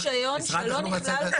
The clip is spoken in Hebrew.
מקבלים רישיון שלא נכלל,